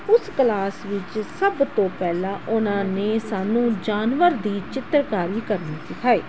ਉਸ ਕਲਾਸ ਵਿੱਚ ਸਭ ਤੋਂ ਪਹਿਲਾਂ ਉਹਨਾਂ ਨੇ ਸਾਨੂੰ ਜਾਨਵਰ ਦੀ ਚਿੱਤਰਕਾਰੀ ਕਰਨੀ ਸਿਖਾਈ